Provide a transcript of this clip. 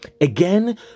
Again